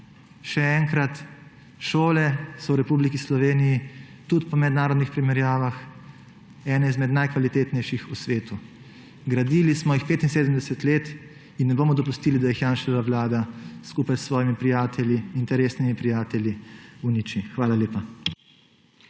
Še enkrat, šole v Republiki Sloveniji so tudi po mednarodnih primerjavah ene izmed najkvalitetnejših na svetu. Gradili smo jih 75 let in ne bomo dopustili, da jih Janševa vlada skupaj s svojimi prijatelji, interesnimi prijatelji, uniči. Hvala lepa.